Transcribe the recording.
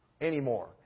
anymore